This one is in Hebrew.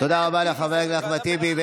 תודה רבה לחבר הכנסת אחמד טיבי.